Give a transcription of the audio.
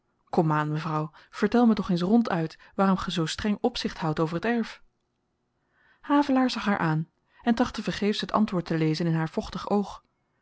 komaan mevrouw vertel me toch eens ronduit waarom ge zoo streng opzicht houdt over t erf havelaar zag haar aan en trachtte vergeefs het antwoord te lezen in haar vochtig oog